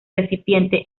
recipiente